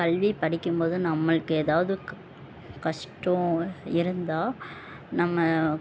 கல்வி படிக்கும்போது நம்மளுக்கு ஏதாவது க கஷ்டம் இருந்தால் நம்ம